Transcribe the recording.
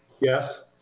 Yes